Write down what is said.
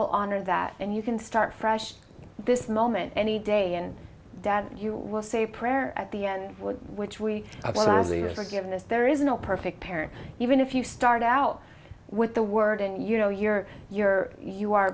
will honor that and you can start fresh this moment any day and that you will say a prayer at the end which we observe as we are given this there is no perfect parent even if you start out with the word and you know your your you are